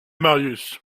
marius